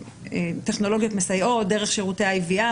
מטכנולוגיות מסייעות דרך שירותי IVR,